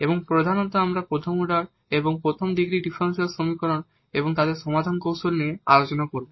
এবং প্রধানত আমরা প্রথম অর্ডার এবং প্রথম ডিগ্রী ডিফারেনশিয়াল সমীকরণ এবং তাদের সমাধান কৌশল নিয়ে বিবেচনা করব